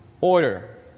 order